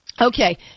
Okay